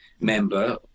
member